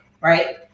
right